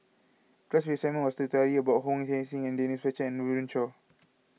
class assignment was to study about Wong Heck Sing and Denise Fletcher and Run Run Shaw